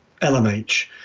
LMH